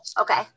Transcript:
Okay